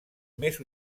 més